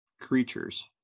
creatures